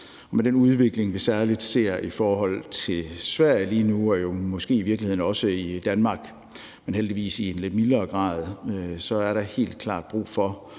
Med den udvikling, vi særlig ser i forhold til Sverige lige nu – og jo måske i virkeligheden også i Danmark, men heldigvis i en lidt mildere grad – er der helt klart brug for